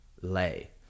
lay